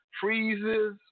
freezes